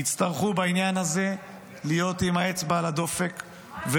יצטרכו להיות עם האצבע על הדופק בעניין הזה,